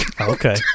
Okay